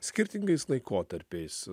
skirtingais laikotarpiais